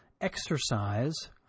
exercise